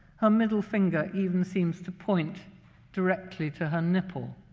her middle finger even seems to point directly to her nipple.